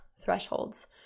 thresholds